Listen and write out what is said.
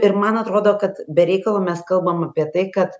ir man atrodo kad be reikalo mes kalbam apie tai kad